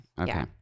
Okay